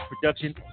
production